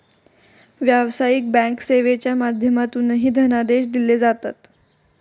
व्यावसायिक बँक सेवेच्या माध्यमातूनही धनादेश दिले जातात